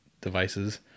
devices